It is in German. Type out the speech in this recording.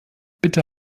bitte